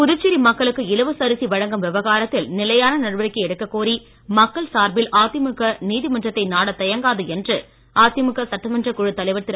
புதுச்சேரி மக்களுக்கு இலவச அரிசி வழங்கும் விவகாரத்தில் நிலையான நடவடிக்கை எடுக்கக்கோரி மக்கள் சார்பில் அதிமுக நீதிமன்றத்தை நாட தயங்காது என்று அதிமுக சட்டமன்ற குழு தலைவர் திரு